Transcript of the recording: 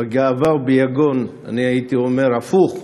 בגאווה וביגון, אני הייתי אומר הפוך,